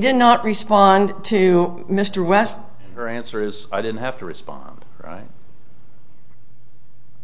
did not respond to mr west her answer is i didn't have to respond